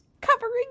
covering